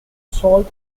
salt